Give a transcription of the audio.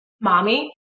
mommy